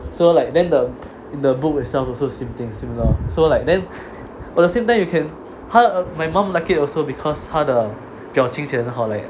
so like then the the book itself also same thing similar so like then at the same time you can ha~ my mum like it also because 她的表情写得很好 like